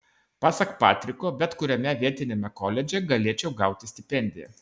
pasak patriko bet kuriame vietiniame koledže galėčiau gauti stipendiją